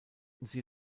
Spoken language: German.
sie